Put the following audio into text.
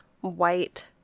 white